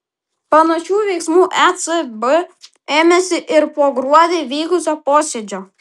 panašių veiksmų ecb ėmėsi ir po gruodį vykusio posėdžio